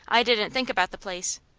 i didn't think about the place.